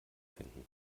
finden